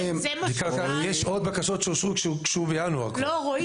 יש עוד בקשות שאושרו שהוגשו בינואר כבר.